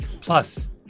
Plus